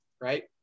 right